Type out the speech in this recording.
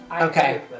Okay